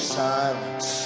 silence